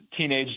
teenage